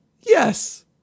Yes